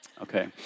Okay